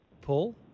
Paul